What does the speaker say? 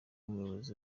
umuyobozi